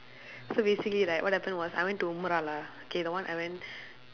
so basically like what happened was I went to murala K the one I went